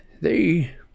They